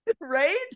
right